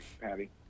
patty